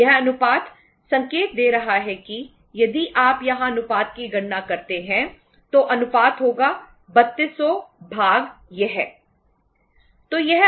यह अनुपात संकेत दे रहा है कि यदि आप यहाँ अनुपात की गणना करते हैं तो अनुपात होगा 3200 भाग यह